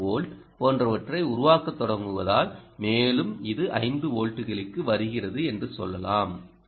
2 volt போன்றவற்றைக் உருவாக்கத் தொடங்குவதால் மேலும் இது 5 வோல்ட்டுகளுக்கு வருகிறது என்று சொல்லலாம்